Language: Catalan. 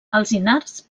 alzinars